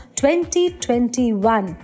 2021।